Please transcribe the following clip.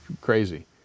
crazy